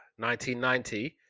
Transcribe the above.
1990